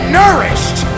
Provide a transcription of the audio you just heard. nourished